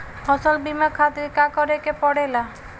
फसल बीमा खातिर का करे के पड़ेला?